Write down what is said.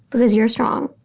because you are strong.